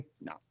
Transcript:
no